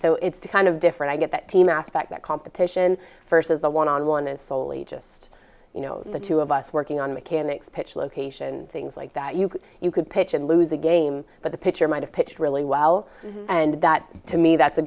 so it's kind of different i get that team aspect that competition versus the one on one is slowly just you know the two of us working on mechanics pitch location things like that you could you could pitch and lose a game but the pitcher might have pitched really well and that to me that's a